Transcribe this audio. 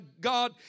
God